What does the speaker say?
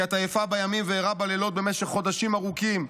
כי את עייפה בימים וערה בלילות במשך חודשים ארוכים.